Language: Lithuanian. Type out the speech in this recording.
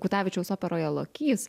kutavičiaus operoje lokys